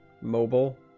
mobile